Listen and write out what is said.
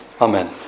Amen